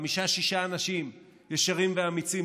חמישה-שישה אנשים ישרים ואמיצים,